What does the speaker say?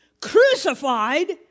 crucified